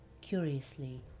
Curiously